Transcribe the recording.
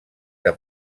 que